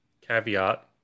caveat